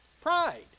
pride